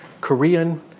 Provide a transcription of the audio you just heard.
Korean